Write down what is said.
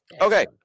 okay